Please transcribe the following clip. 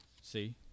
See